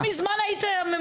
לא מזמן היית הממונה עליה.